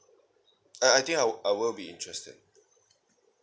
uh I think I wi~ I will be interested